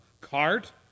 cart